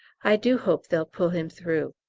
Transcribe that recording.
i do hope they'll pull him through.